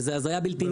שזה הזיה בלתי נתפסת.